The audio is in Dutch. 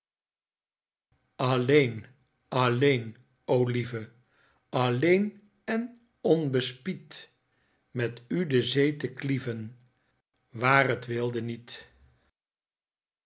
alleen alleen o lieve alleen en onbespied met u de zee te klieven waar t weelde niet